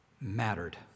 mattered